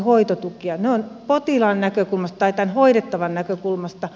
ne ovat potilaan näkökulmasta tai hoidettavan näkökulmasta